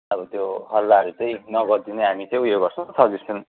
अब त्यो हल्लाहरू चाहिँ नगरिदिने हामी चाहिँ उयो गर्छौँ सजेसन